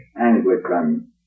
Anglican